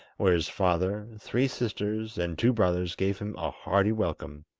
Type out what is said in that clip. where his father, three sisters, and two brothers gave him a hearty welcome.